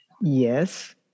Yes